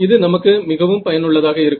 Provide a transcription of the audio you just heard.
இது நமக்கு மிகவும் பயனுள்ளதாக இருக்கும்